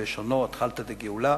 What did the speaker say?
בלשונו "אתחלתא דגאולה"